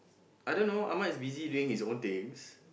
I don't know Ahmad is busy doing his own things